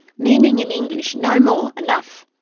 meaning in english no more, enough!